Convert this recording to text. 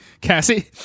cassie